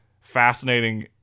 fascinating